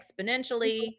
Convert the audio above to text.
exponentially